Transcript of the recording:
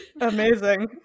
amazing